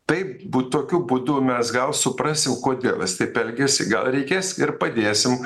taip bū tokiu būdu mes gal suprasim kodėl jis taip elgiasi gal reikės ir padėsim